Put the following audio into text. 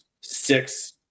six